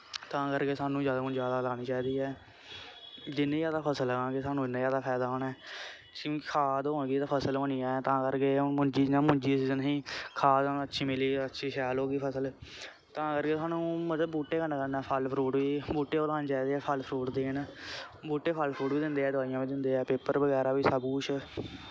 तां करके सानू ज्यादा कोला ज्यादा लानी चाहिदी ऐ जिन्नी ज्यादा फसल लगां गे सानू उन्नी ज्यादा फैदा होना ऐ क्योकिं खाद होऐ गी ते फसल होनी ऐ तां करके हून मुंजी जियां मुंजी दा सीजन ही खाद हून अच्छी मिलेगी ते अच्छी शैल होगी फसल तां करके मतलब कि बूह्टे कन्नै कन्नै फल फ्रूट बी बूह्टे ओह् लाने चाहिदे न जेह्ड़े फल फ्रूट देन बूह्टे फल फ्रूट बी दिंदे ऐ दवाइयां बगैरा बी पेपर बगैरा बी सब कुछ